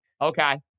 Okay